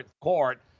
court